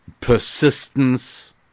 persistence